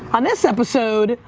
on this episode,